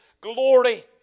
glory